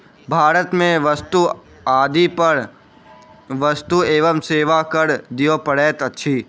भारत में वस्तु आदि पर वस्तु एवं सेवा कर दिअ पड़ैत अछि